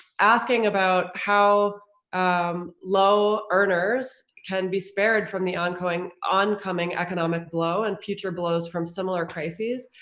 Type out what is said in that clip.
asking about how um low earners can be spared from the ongoing oncoming economic blow and future blows from similar crisis.